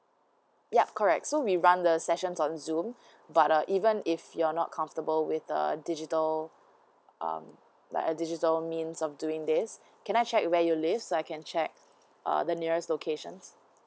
yup correct so we run the sessions on zoom but uh even if you're not comfortable with the digital um like a digital means of doing this can I check where you live so I can check uh the nearest locations